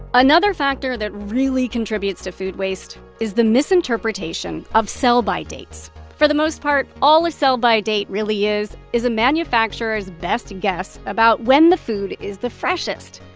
another factor that really contributes to food waste is the misinterpretation of sell-by dates. for the most part, all a sell-by date really is, is a manufacturer's best guess about when the food is the freshest.